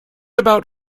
about